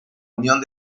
unión